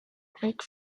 ric